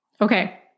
Okay